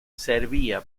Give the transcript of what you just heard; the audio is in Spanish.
servía